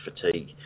fatigue